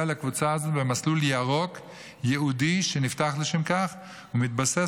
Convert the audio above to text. לקבוצה הזו במסלול ירוק ייעודי שנפתח לשם כך ומתבסס